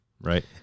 right